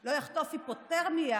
לא יחטוף היפותרמיה